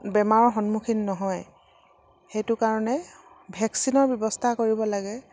বেমাৰৰ সন্মুখীন নহয় সেইটো কাৰণে ভেকচিনৰ ব্যৱস্থা কৰিব লাগে